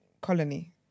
colony